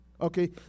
Okay